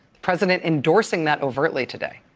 president endorsing that overtly today.